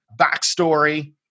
backstory